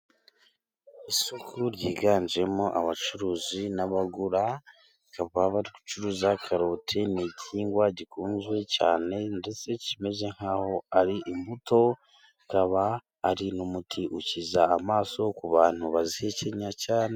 Isoko ryiganjemo abacuruzi n'abagura, bakaba bari gucuruza karoti. Ni igihingwa gikunzwe cyane ndetse kimeze nk'aho ari imbuto, ikaba ari n'umuti ukiza amaso ku bantu bazihekenya cyane.